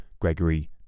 Gregory